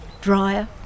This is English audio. drier